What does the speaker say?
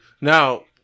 Now